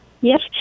yes